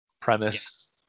premise